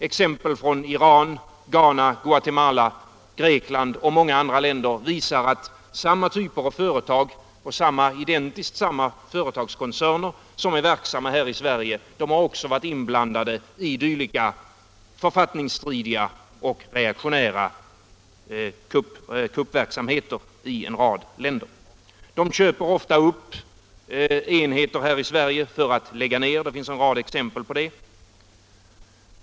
Exempel från Iran, Ghana, Guatemala, Grekland och många andra länder visar att samma typer av företag och identiskt samma företagskoncerner som är verksamma här i Sverige också har varit inblandade i dylika författningsstridiga och reaktionära kuppverksamheter i en rad länder. De köper ofta upp enheter här i Sverige för att lägga ned, det finns en rad exempel på detta.